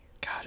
God